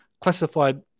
classified